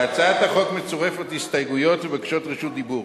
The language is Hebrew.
להצעת החוק מצורפות הסתייגויות ובקשות רשות דיבור.